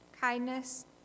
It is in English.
kindness